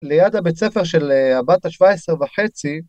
‫ליד הבית ספר של הבת ה-17 וחצי.